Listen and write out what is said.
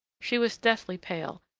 she was deathly pale,